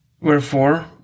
Wherefore